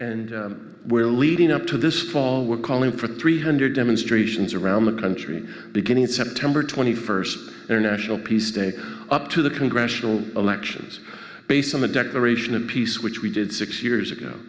and we're leading up to this fall we're calling for three hundred demonstrations around the country beginning september twenty first international peace day up to the congressional elections based on the declaration of peace which we did six years ago